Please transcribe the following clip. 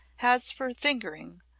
as for fingering,